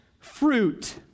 fruit